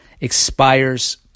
expires